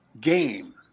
game